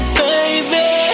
baby